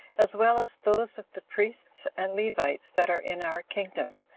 as well as those of the priests and levites that are in our kingdom,